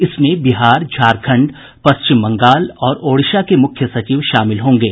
इसमें बिहार झारखंड पश्चिम बंगाल और ओड़िशा के मुख्य सचिव शामिल होंगे